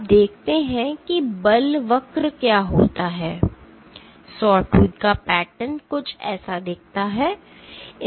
अब देखते हैं कि बल वक्र क्या होता है sawtooth का पैटर्न कुछ ऐसा दिखता है